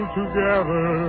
together